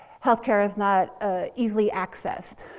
healthcare is not ah easily accessed.